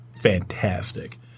fantastic